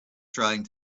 trying